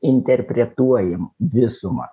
interpretuojam visumą